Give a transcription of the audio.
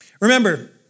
Remember